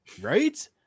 Right